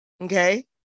okay